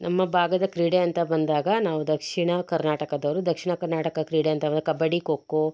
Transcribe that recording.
ನಮ್ಮ ಭಾಗದ ಕ್ರೀಡೆ ಅಂತ ಬಂದಾಗ ನಾವು ದಕ್ಷಿಣ ಕರ್ನಾಟಕದವರು ದಕ್ಷಿಣ ಕರ್ನಾಟಕ ಕ್ರೀಡೆ ಅಂತ ಬಂದಾಗ ಕಬಡ್ಡಿ ಖೋ ಖೋ